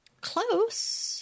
Close